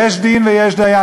יש דין ויש דיין.